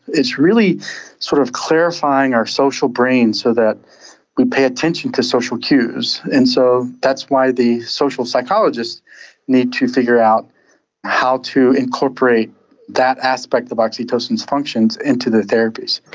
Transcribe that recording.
it's really sort of clarifying our social brains so that we pay attention to social cues, and so that's why the social psychologists need to figure out how to incorporate that aspect of oxytocin's functions into their therapies.